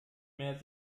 mehr